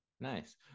nice